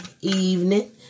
evening